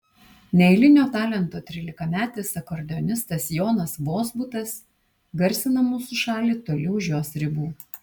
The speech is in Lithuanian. neeilinio talento trylikametis akordeonistas jonas vozbutas garsina mūsų šalį toli už jos ribų